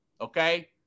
okay